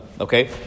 Okay